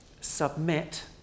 submit